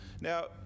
Now